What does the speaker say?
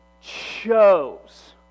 chose